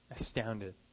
astounded